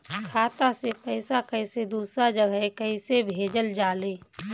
खाता से पैसा कैसे दूसरा जगह कैसे भेजल जा ले?